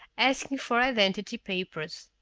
asking for identity papers.